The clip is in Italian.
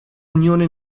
unione